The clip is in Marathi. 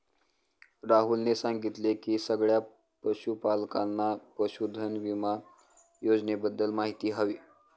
राहुलने सांगितले की सगळ्या पशूपालकांना पशुधन विमा योजनेबद्दल माहिती हवी